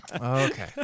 okay